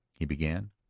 he began.